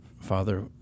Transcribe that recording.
Father